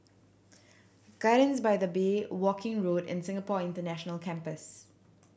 gardens by the Bay Woking Road and Singapore International Campus